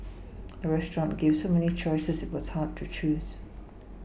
the restaurant gave so many choices that it was hard to choose